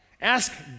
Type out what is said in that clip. Ask